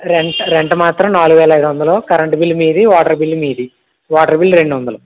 rent మాత్రం నాలుగువేల ఐదు వందలు కరెంట్ బిల్ మీది వాటర్ బిల్ మీది వాటర్ బిల్ రెండు వందలు